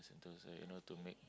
Sentosa you know to make